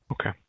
Okay